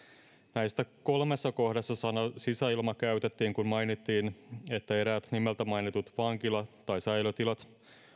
näistä kolmessa kohdassa sanaa sisäilma käytettiin kun mainittiin että eräät nimeltä mainitut vankila tai säilötilat